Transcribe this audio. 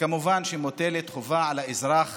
וכמובן שמוטלת חובה על האזרח